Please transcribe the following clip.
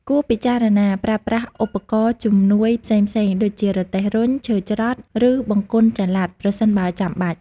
គួរពិចារណាប្រើប្រាស់ឧបករណ៍ជំនួយផ្សេងៗដូចជារទេះរុញ ឈើច្រត់ ឬបង្គន់ចល័ត ប្រសិនបើចាំបាច់។